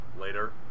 later